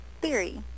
theory